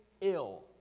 ill